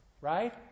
Right